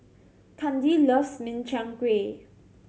Kandi loves Min Chiang Kueh